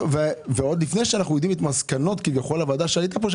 עוד לפני שאנחנו יודעים כביכול את מסקנות הוועדה שהייתה פה,